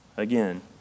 Again